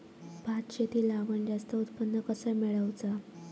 भात शेती लावण जास्त उत्पन्न कसा मेळवचा?